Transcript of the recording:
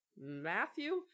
Matthew